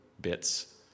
bits